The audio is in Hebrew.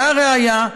והא ראיה,